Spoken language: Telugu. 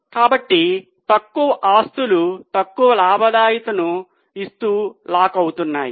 కాబట్టి తక్కువ ఆస్తులు తక్కువ లాభదాయకతను ఇస్తూ లాక్ అవుతున్నాయి